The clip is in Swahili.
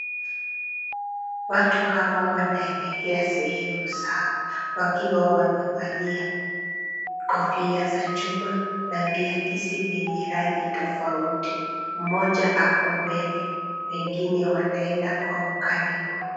Watu hawa wanaelekea sehemu sawa wakiwa wamevalia kofia za chuma na viakisi vyenye rangi tofauti. Mmoja ako mbele, wengine wanaenda kwa ukaribu.